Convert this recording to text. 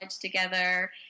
together